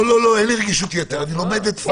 לא, לא, אין לי רגישות יתר, אני לומד את שפת הגוף.